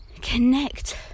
connect